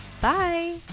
Bye